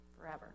forever